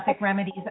remedies